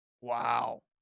Wow